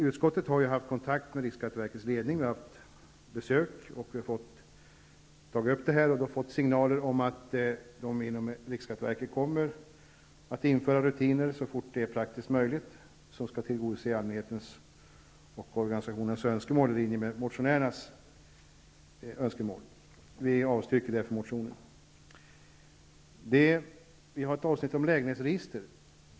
Utskottet har haft kontakt med riksskatteverkets ledning och fått signaler om att man, så fort det är praktiskt möjligt, kommer att införa rutiner som skall tillgodose allmänhetens och organisationernas önskemål, i linje med motionärernas önskemål. Vi avstyrker därför motionen. I betänkandet finns ett avsnitt om lägenhetsregister.